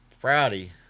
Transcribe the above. Friday